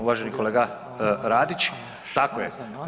Uvaženi kolega Radić, tako je.